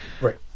Right